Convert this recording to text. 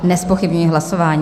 Nezpochybňuji hlasování.